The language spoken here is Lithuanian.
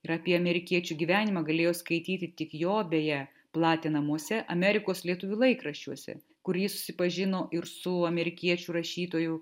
ir apie amerikiečių gyvenimą galėjo skaityti tik jo beje platinamuose amerikos lietuvių laikraščiuose kur jis susipažino ir su amerikiečių rašytojų